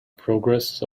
progress